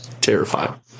Terrifying